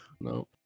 no